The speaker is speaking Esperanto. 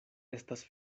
estas